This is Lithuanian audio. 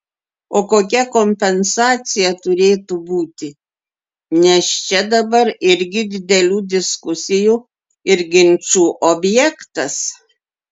o kokia kompensacija turėtų būti nes čia dabar irgi didelių diskusijų ir ginčų objektas